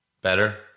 Better